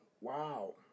wow